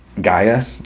Gaia